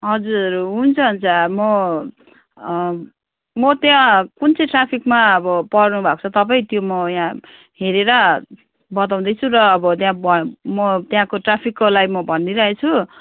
हजुर हुन्छ हुन्छ म म त्यहाँ कुन चाहिँ ट्राफिकमा अब पर्नुभएको छ तपाईँ त्यो म यहाँ हेरेर बताउँदैछु र अब त्यहाँ भ म त्यहाँको ट्राफिककोलाई म भनिदिइरहेको छु